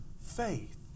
faith